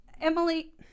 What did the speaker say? emily